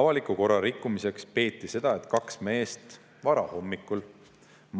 Avaliku korra rikkumiseks peeti seda, et kaks meest varahommikul